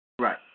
Right